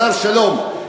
השר שלום,